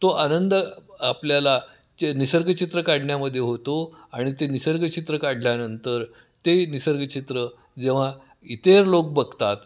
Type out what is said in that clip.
तो आनंद आपल्याला ते निसर्गचित्र काढण्यामध्ये होतो आणि ते निसर्गचित्र काढल्यानंतर ते निसर्गचित्र जेव्हा इतर लोक बघतात